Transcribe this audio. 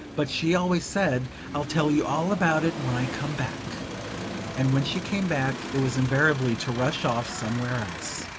but she always said i'll tell you all about it when i come back and when she came back it was invariably to rush off somewhere else.